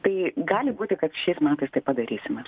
tai gali būti kad šiais metais taip pat darysime